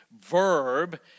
verb